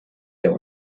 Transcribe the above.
der